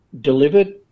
delivered